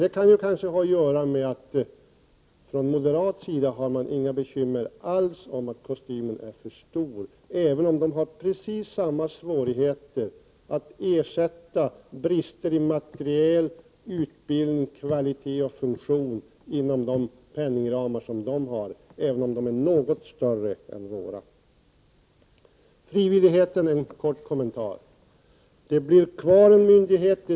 Det kanske kan ha att göra med att moderaterna inte har några bekymmer med storleken på kostymen, även om moderaterna har precis samma svårigheter att ersätta brister i materiel, utbildning, kvalitet och funktion inom de penningramar som de har, även om de ramarna är något större än våra. En liten kommentar till frivilligheten. En myndighet blir kvar.